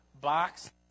box